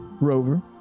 Rover